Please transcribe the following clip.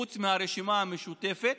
חוץ מהרשימה המשותפת,